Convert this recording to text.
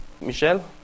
Michel